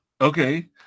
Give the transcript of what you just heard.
Okay